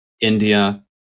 India